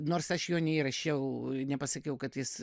nors aš jo neįrašiau nepasakiau kad jis